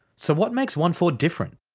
so what makes onefour different?